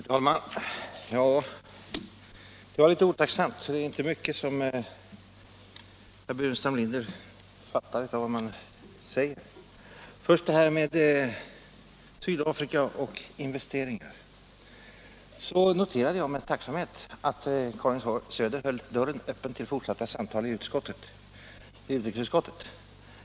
Herr talman! Jag har det litet otacksamt, för det är inte mycket som herr Burenstam Linder fattar av vad jag säger. Vad först beträffar Sydafrika och investeringar där så noterade jag med tacksamhet att Karin Söder höll dörren öppen för fortsatta samtal i utrikesutskottet.